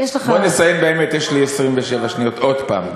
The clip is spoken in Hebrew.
יש לך, יש לי 27 שניות, עוד פעם.